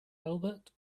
albert